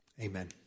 Amen